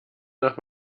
nach